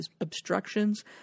obstructions